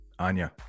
Anya